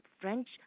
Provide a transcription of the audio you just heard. French